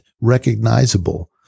recognizable